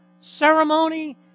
ceremony